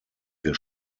wir